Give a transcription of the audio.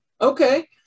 Okay